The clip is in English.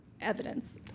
evidence